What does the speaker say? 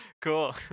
Cool